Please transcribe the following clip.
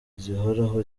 zihoraho